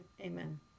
amen